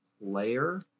Layer